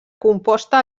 composta